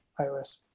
iOS